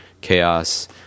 chaos